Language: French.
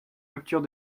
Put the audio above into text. rupture